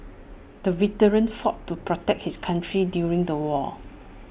the veteran fought to protect his country during the war